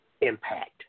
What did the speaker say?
impact